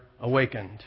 awakened